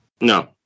No